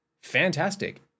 fantastic